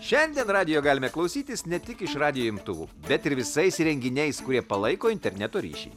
šiandien radijo galime klausytis ne tik iš radijo imtuvų bet ir visais įrenginiais kurie palaiko interneto ryšį